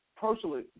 personally